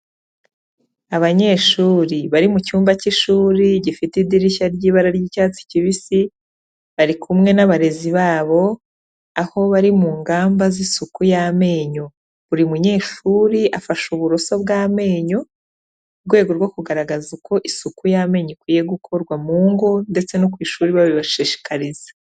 Abanyeshuri bari mu cyumba cy'ishuri, gifite idirishya ry'ibara ry'icyatsi kibisi, bari kumwe n'abarezi babo, aho bari mu ngamba z'isuku y'amenyo. Buri munyeshuri afashe uburoso bw'amenyo, mu rwego rwo kugaragaza uko isuku y'amenyo ikwiye gukorwa mu ngo, ndetse no ku ishuri babibashishikariza.